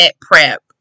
prep